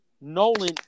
Nolan